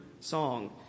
song